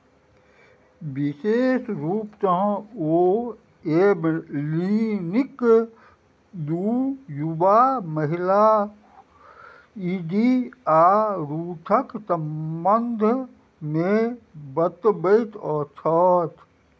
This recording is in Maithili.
विशेष रूपसँ ओ एबलिनिक दू युवा महिला ई डी आरूथक सम्बन्धमे बतबैत अ छथि